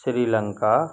Sri Lanka